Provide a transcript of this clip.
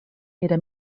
era